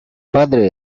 padre